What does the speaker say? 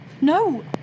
No